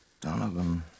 Donovan